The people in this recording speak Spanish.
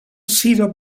sido